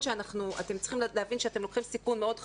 אתם צריכים להבין שאתם לוקחים סיכון מאוד חמור,